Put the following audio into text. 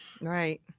Right